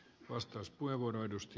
arvoisa puhemies